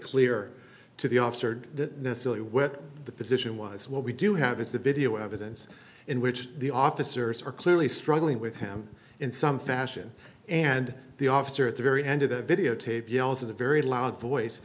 clear to the officer that this is really where the position was what we do have is the video evidence in which the officers are clearly struggling with him in some fashion and the officer at the very end of the videotape yells a very loud voice